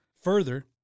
Further